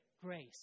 grace